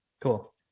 Cool